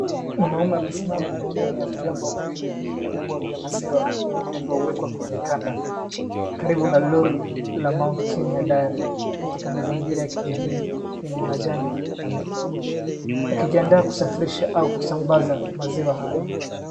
Mwanaume amesimama pembeni ya vyombo viwili vikubwa vya maziwa vilivyowekwa kwenye kanda karibu na lori la Mt.Kenya Dairy katika mazingira ya kijijini yenye majani na miti. Akijiandaa kusafirisha au kusambaza maziwa hayo.